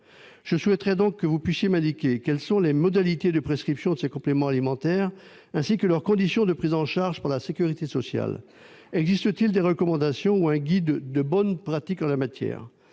m'indiquer, monsieur le secrétaire d'État, quelles sont les modalités de prescription de ces compléments alimentaires, ainsi que leurs conditions de prise en charge par la sécurité sociale ? Existe-t-il des recommandations ou un guide de bonnes pratiques en la matière ?